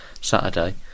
Saturday